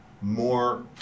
more